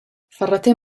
ferrater